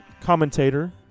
commentator